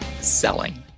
Selling